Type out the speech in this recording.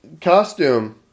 costume